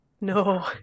no